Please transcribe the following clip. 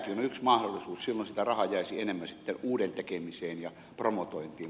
silloin rahaa jäisi enemmän uuden tekemiseen ja promotointiin